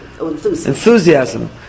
Enthusiasm